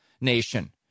nation